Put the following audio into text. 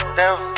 down